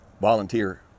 volunteer